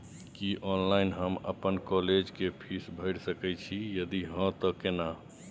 की online हम अपन college के फीस भैर सके छि यदि हाँ त केना?